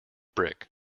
brick